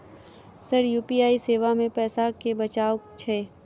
Sir UPI सेवा मे पैसा केँ बचाब छैय?